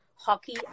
Hockey